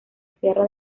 sierra